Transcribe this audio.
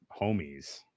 homies